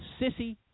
sissy